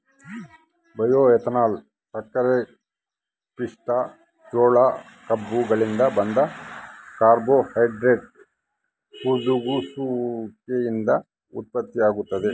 bioethanol ಸಕ್ಕರೆಪಿಷ್ಟ ಜೋಳ ಕಬ್ಬುಗಳಿಂದ ಬಂದ ಕಾರ್ಬೋಹೈಡ್ರೇಟ್ ಹುದುಗುಸುವಿಕೆಯಿಂದ ಉತ್ಪತ್ತಿಯಾಗ್ತದ